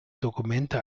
dokumente